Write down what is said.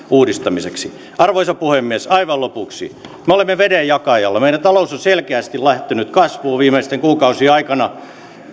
uudistamiseksi arvoisa puhemies aivan lopuksi me olemme vedenjakajalla meidän talous on selkeästi lähtenyt kasvuun viimeisten kuukausien aikana